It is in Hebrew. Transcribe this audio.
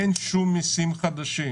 אין שום מיסים חדשים.